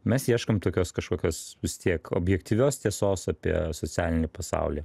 mes ieškom tokios kažkokios vis tiek objektyvios tiesos apie socialinį pasaulį